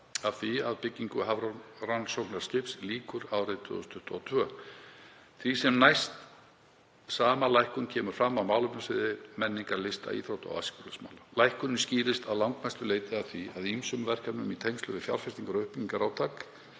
af því að byggingu hafrannsóknaskips lýkur árið 2022. Því sem næst sama lækkun kemur fram á málefnasviði menningar, lista, íþrótta og æskulýðsmála. Lækkunin skýrist að langmestu leyti af því að ýmsum verkefnum í tengslum við fjárfestingar- og uppbyggingarátak